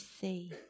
see